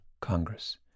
Congress